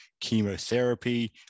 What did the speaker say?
chemotherapy